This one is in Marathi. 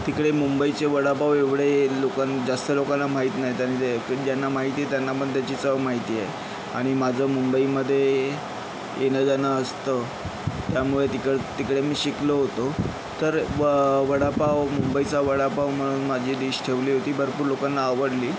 तिकडे मुंबईचे वडापाव एवढे लोकं जास्त लोकांना माहित नाहीत आणि ते ज्यांना माहिती आहे त्यांनापण त्याची चव माहिती आहे आणि माझं मुंबईमध्ये येणंजाणं असतं त्यामुळे तिकड तिकडे मी शिकलो होतो तर व वडापाव मुंबईचा वडापाव म्हणून माझी डिश ठेवली होती भरपूर लोकांना आवडली